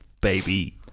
Baby